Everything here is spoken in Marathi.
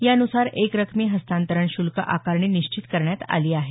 यानुसार एकरकमी हस्तांतरण शुल्क आकारणी निश्चित करण्यात आली आहे